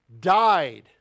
died